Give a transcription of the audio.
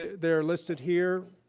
they're listed here,